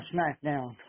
SmackDown